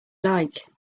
like